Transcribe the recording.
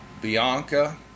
Bianca